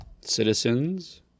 Citizens